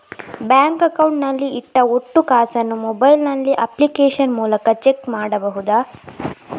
Bank account ನಲ್ಲಿ ಇಟ್ಟ ಒಟ್ಟು ಕಾಸನ್ನು ಮೊಬೈಲ್ ನಲ್ಲಿ ಅಪ್ಲಿಕೇಶನ್ ಮೂಲಕ ಚೆಕ್ ಮಾಡಬಹುದಾ?